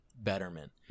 betterment